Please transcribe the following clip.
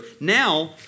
Now